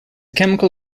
chemical